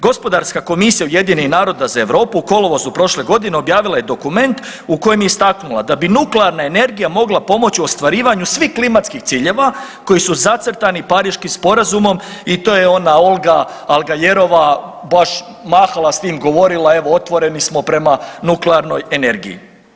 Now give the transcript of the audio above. Gospodarska komisija UN-a za Europu u kolovozu prošle godine objavila je dokument u kojem je istaknula da bi nuklearna energija mogla pomoći u ostvarivanju svih klimatskih ciljeva koji su zacrtani Pariškim sporazumom i to je ona Olga Algayerova baš mahala s tim i govorila evo otvoreni smo prema nuklearnoj energiji.